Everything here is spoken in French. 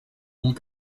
monts